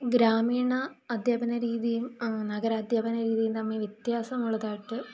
ഗ്രാമീണ അധ്യാപന രീതിയും നഗര അധ്യാപന രീതിയും തമ്മില് വ്യത്യസമുള്ളതായിട്ട്